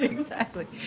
exactly.